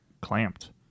clamped